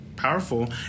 powerful